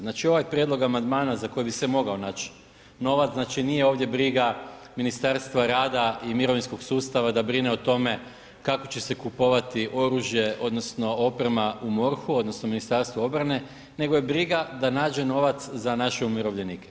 Znači ovaj prijedlog amandmana za koji bi se mogao naći novac, znači nije ovdje briga Ministarstva rada i mirovinskog sustava da brine o tome kako će se kupovati oružje, odnosno oprema u MORH-u, odnosno Ministarstvo obrane nego je briga da nađe novac za naše umirovljenike.